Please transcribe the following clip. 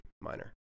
minor